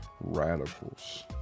radicals